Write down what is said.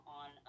on